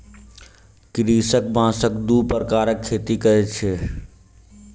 कृषक बांसक दू प्रकारक खेती करैत अछि